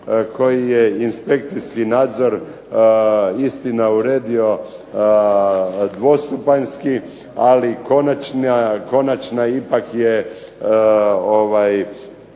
koji je inspekcijski nadzor istina uredio dvostupanjski, ali konačno ipak je